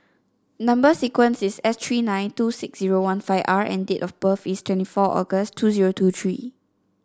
number sequence is S three nine two six zero one five R and date of birth is twenty four August two zero two three